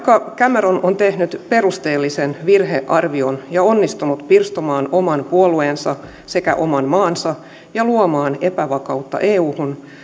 cameron on tehnyt perusteellisen virhearvion ja onnistunut pirstomaan oman puolueensa sekä oman maansa ja luomaan epävakautta euhun